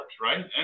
right